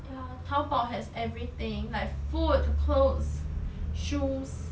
ya tao bao has everything like food the clothes shoes